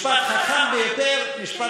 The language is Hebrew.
משפט חכם ביותר,